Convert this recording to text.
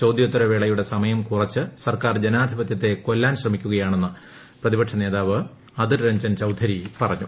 ചോദ്യോത്തരവേളയുടെ സമയം കുറച്ച് സർക്കാർ ജനാധിപതൃത്തെ കൊല്ലാൻ ശ്രമിക്കുകയാണെന്ന് പ്രതിപക്ഷനേതാവ് അദിർ രഞ്ജൻ ചൌധരി പറഞ്ഞു